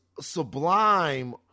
sublime